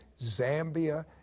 Zambia